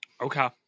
okay